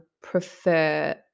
prefer